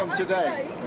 um today,